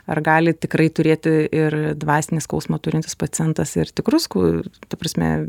ar gali tikrai turėti ir dvasinį skausmą turintis pacientas ir tikrus ku ta prasme